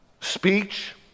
speech